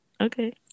Okay